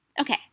Okay